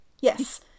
Yes